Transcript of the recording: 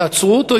תעצרו אותו,